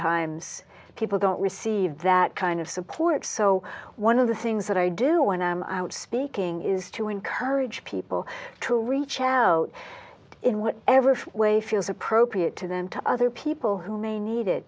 times people don't receive that kind of support so one of the things that i do when i'm out speaking is to encourage people to reach out in what ever way feels appropriate to them to other people who may need it